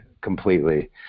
completely